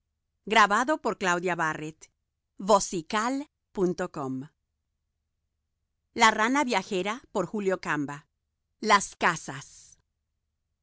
de las casas